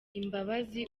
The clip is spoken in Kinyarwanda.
imbabazi